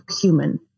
human